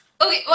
Okay